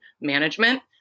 management